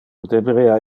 deberea